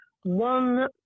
one